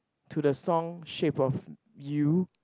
to the song shape of you